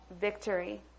victory